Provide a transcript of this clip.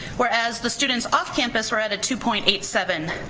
whereas the students off campus were at a two point eight seven.